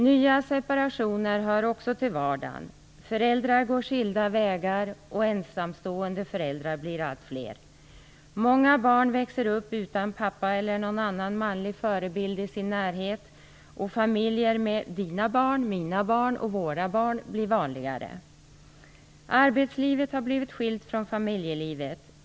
Nya separationer hör också till vardagen. Föräldrar går skilda vägar, och de ensamstående föräldrarna blir allt fler. Många barn växer upp utan pappa eller någon annan manlig förebild i sin närhet, och familjer med dina barn, mina barn och våra barn blir vanligare. Arbetslivet har blivit skilt från familjelivet.